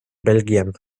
belgien